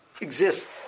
exists